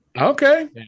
Okay